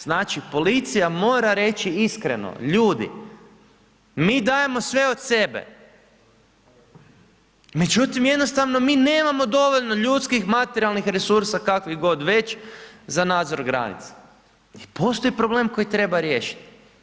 Znači policija mora reći iskreno, ljudi, mi dajemo sve od sebe, međutim, jednostavno mi nemamo dovoljno ljudskih materijalnih resursa kakvih god već za nadzor granice i postoji problem koji treba riješiti.